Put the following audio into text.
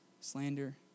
slander